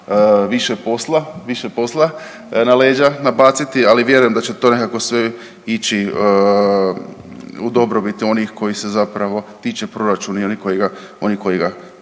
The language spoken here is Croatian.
više posla na leđa nabaciti, ali vjerujem da će to nekako sve ići u dobrobit onih kojih se zapravo tiče proračun ili koji ga,